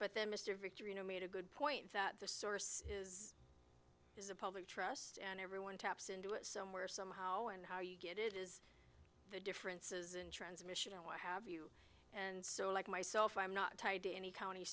but then mr victor you know made a good point that the source is a public trust and everyone taps into it somewhere somehow and how you get it is the differences in transmission or what have you and so like myself i'm not tied to any county